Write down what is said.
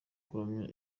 kuramya